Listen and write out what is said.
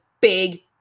big